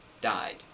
died